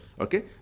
okay